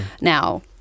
now